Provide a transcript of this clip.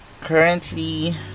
currently